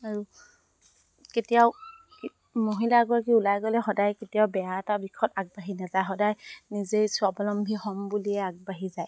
আৰু কেতিয়াও মহিলা এগৰাকী ওলাই গ'লে সদায় কেতিয়াও বেয়া এটা বিষয়ত আগবাঢ়ি নাযায় সদায় নিজেই স্বাৱলম্বী হ'ম বুলিয়ে আগবাঢ়ি যায়